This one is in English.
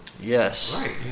yes